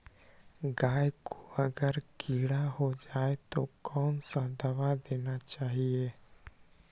गाय को अगर कीड़ा हो जाय तो कौन सा दवा देना चाहिए?